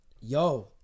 yo